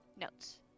notes